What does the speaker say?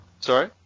Sorry